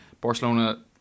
Barcelona